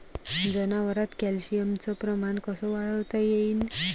जनावरात कॅल्शियमचं प्रमान कस वाढवता येईन?